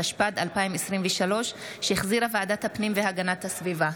התשפ"ד 2023, שהחזירה ועדת הפנים והגנת הסביבה.